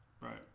Right